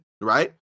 right